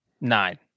Nine